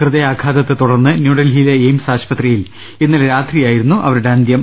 ഹൃദയാഘാതത്തെ തുടർന്ന് ന്യൂഡൽഹിയിലെ എയിംസ് ആശുപത്രി യിൽ ഇന്നലെ രാത്രിയായിരുന്നു അവരുടെ അന്ത്യം